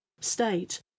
state